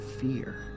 fear